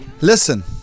Listen